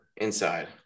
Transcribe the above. Inside